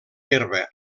herba